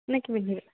নে কি পিন্ধিবি